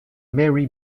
mary